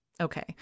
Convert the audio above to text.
Okay